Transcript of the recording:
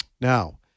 Now